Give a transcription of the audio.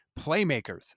playmakers